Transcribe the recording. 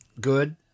good